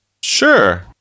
Sure